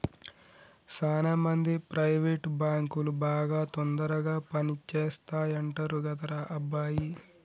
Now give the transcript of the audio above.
సాన మంది ప్రైవేట్ బాంకులు బాగా తొందరగా పని చేస్తాయంటరు కదరా అబ్బాయి